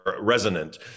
resonant